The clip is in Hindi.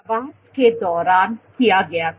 प्रवास के दौरान किया गया था